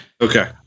Okay